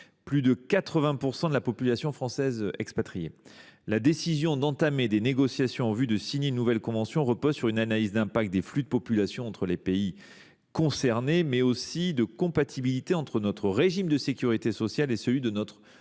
plus de 80 % de la population française expatriée. La décision d’entamer les négociations en vue de signer une nouvelle convention repose sur une analyse d’impact des flux de population entre les pays concernés, mais aussi de compatibilité entre notre régime de sécurité sociale et celui de notre